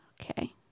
Okay